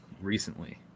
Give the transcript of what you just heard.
recently